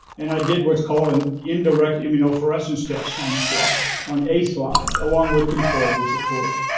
and i did what's called an indirect immunosuppressant's test on the slide, on a slide, along with controls, of course.